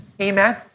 Amen